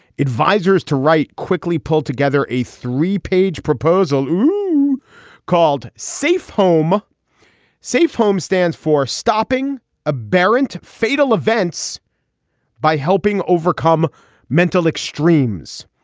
advisers to wright quickly pulled together a three page proposal um called safe home safe home stands for stopping a baronet fatal events by helping overcome mental extremes.